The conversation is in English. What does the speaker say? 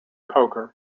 poker